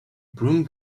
broom